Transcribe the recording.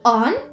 on